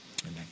Amen